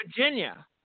Virginia